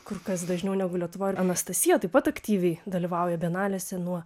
kur kas dažniau negu lietuvoj anastasija taip pat aktyviai dalyvauja bienalėse nuo